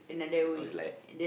or is like